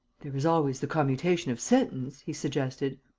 there is always the commutation of sentence, he suggested.